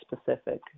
specific